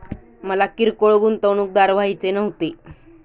मला किरकोळ गुंतवणूकदार व्हायचे नव्हते